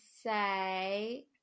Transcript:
say